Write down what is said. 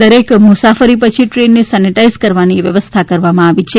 દરેક મુસાફરી પછી ટ્રેનને સેનેટાઇઝ કરવાની વ્યવસ્થા કરવામાં આવી છે